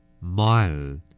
mile